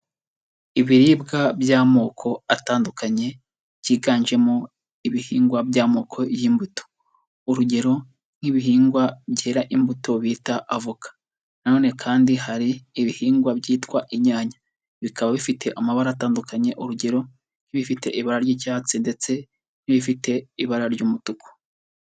Ibiribwa by'amoko atandukanye byiganjemo ibihingwa by'amoko y'imbuto, urugero nk'ibihingwa byera imbuto bita avoka, na none kandi hari ibihingwa byitwa inyanya, bikaba bifite amabara atandukanye, urugero nk'ibifite ibara ry'icyatsi ndetse n'ibifite ibara ry'umutuku.